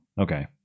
Okay